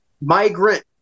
Migrant